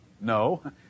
No